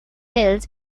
hills